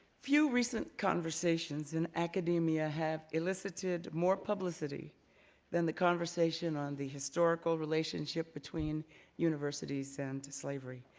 few recent conversations in academia have elicited more publicity than the conversation on the historical relationship between universities and slavery.